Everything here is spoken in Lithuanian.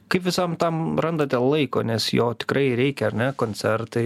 kaip visam tam randate laiko nes jo tikrai reikia ar ne koncertai